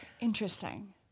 interesting